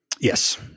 Yes